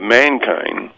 mankind